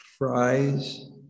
fries